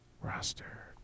Roster